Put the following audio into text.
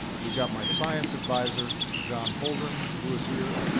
we've got my science advisor, john holdren, who is here.